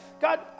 God